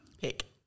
pick